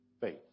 faith